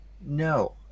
no